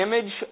image